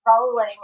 rolling